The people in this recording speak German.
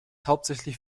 hauptsächlich